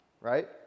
Right